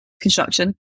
construction